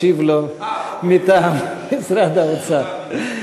ישיב לו מטעם משרד האוצר.